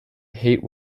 hate